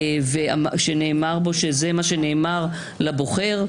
שנאמר בה שזה מה שנאמר לבוחר.